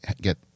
get